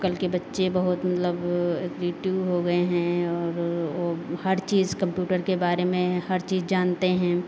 कल के बच्चे बहुत मतलब टू हो गए हैं और वो वो हर चीज़ कम्प्यूटर के बारे में हर चीज़ जानते हैं